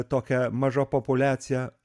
tokia maža populiacija